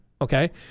Okay